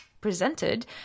presented